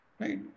right